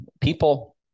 people